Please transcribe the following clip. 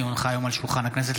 כי הונחו היום על שולחן הכנסת,